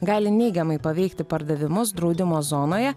gali neigiamai paveikti pardavimus draudimo zonoje